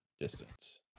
distance